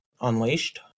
Unleashed